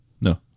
No